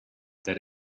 that